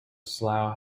slough